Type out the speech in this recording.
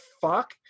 fuck